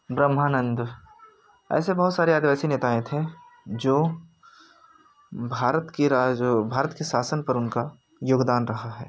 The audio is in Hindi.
ब्रह्मानंद ऐसे बहुत सारे आदिवासी नेता आए थे जो भारत के राज भारत के शासन पर उनका योगदान रहा है